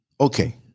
Okay